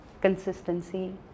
consistency